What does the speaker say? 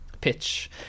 pitch